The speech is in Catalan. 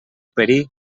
perir